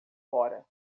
fora